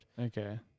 Okay